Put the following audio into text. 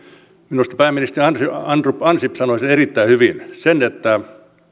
minusta pääministeri andrus ansip sanoi erittäin hyvin sen että